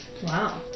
Wow